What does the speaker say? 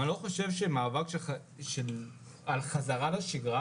אבל אני לא חושב שמאבק על חזרה לשגרה,